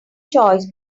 choice